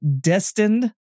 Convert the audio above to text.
Destined